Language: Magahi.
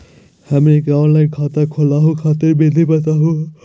हमनी के ऑनलाइन खाता खोलहु खातिर विधि बताहु हो?